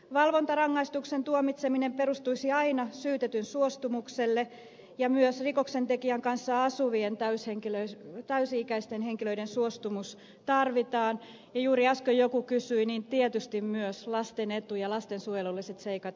valvontarangaistuksen tuomitseminen perustuisi aina syytetyn suostumukselle ja myös rikoksentekijän kanssa asuvien täysi ikäisten henkilöiden suostumus tarvitaan ja juuri äsken joku kysyi niin tietysti myös lasten etu ja lastensuojelulliset seikat arvioidaan